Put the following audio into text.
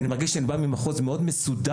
אני מרגיש שאני בא ממחוז מאוד מסודר,